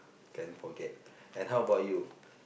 can't forget and how about you